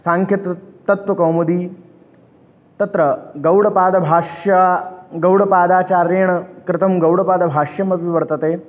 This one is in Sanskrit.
साङ्ख्यतत् तत्त्वकौमुदी तत्र गौडपादभाष्यं गौडपादाचार्येण कृतं गौडपादभाष्यमपि वर्तते